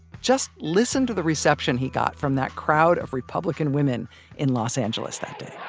just listen to the reception he got from that crowd of republican women in los angeles that day.